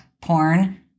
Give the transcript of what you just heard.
porn